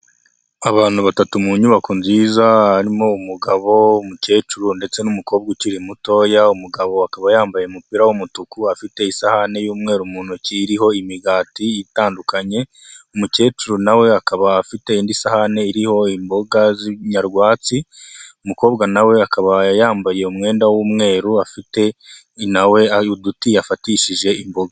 Abantu batatu mu nyubako nziza harimo umugabo, umukecuru ndetse n'umukobwa ukiri mutoya, umugabo akaba yambaye umupira w'umutuku afite isahane y'umweru mu ntoki iriho imigati itandukanye, umukecuru na we akaba afite indi sahane iriho imboga nyarwatsi, umukobwa na we akaba yambaye umwenda w'umweru afite na we uduti yafatishije imboga.